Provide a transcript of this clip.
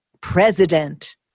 president